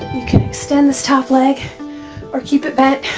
can extend this top leg or keep it back.